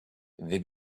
they